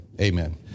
amen